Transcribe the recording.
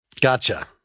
Gotcha